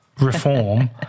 reform